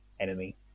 Enemy